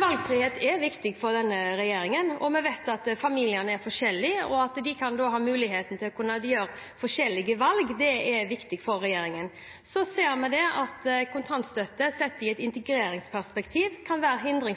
Valgfrihet er viktig for denne regjeringen. Vi vet at familiene er forskjellige, og det at de kan ha muligheten til å gjøre forskjellige valg, er viktig for regjeringen. Vi ser at i et integreringsperspektiv kan kontantstøtten være